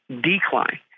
decline